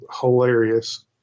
hilarious